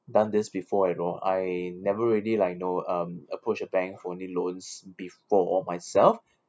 done this before you know I never really like you know um approach a bank for only loans before myself